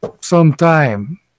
sometime